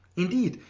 indeed,